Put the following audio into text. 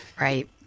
Right